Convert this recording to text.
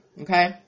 Okay